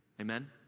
Amen